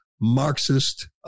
Marxist